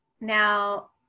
Now